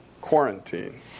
quarantine